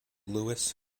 louis